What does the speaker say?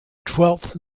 twelfth